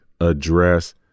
address